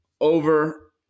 over